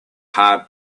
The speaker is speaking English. hard